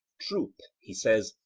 truth, he says,